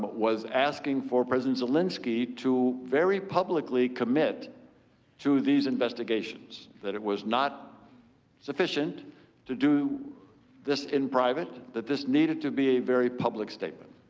but was asking for president volodymyr zelensky to very publicly commit to these investigations. that it was not sufficient to do this in private, that this needed to be a very public statement.